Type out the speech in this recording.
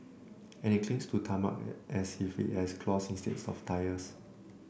and it clings to tarmac as if it has claws instead of tyres